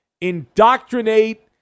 indoctrinate